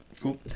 Cool